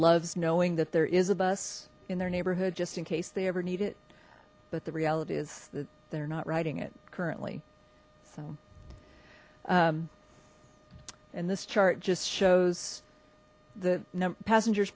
loves knowing that there is a bus in their neighborhood just in case they ever need it but the reality is that they're not writing it currently so and this chart just shows the passengers